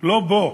לא בו.